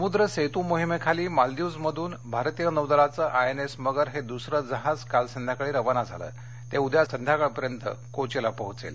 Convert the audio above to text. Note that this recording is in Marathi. समुद्र सेतू मोहिमेखाली मालदीव्जहून भारतीय नौदलाचं आयएनएस मगर हे दूसरं जहाज काल संध्याकाळी रवाना झालं ते उद्या संध्याकाळपर्यंत कोचीला पोहोचेल